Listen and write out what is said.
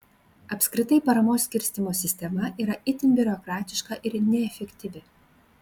apskritai paramos skirstymo sistema yra itin biurokratiška ir neefektyvi